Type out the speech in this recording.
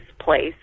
place